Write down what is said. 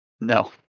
no